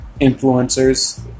influencers